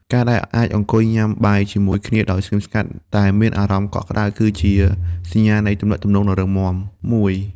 ការដែលអាចអង្គុយញ៉ាំបាយជាមួយគ្នាដោយស្ងៀមស្ងាត់ តែមានអារម្មណ៍កក់ក្ដៅ គឺជាសញ្ញានៃទំនាក់ទំនងដ៏រឹងមាំមួយ។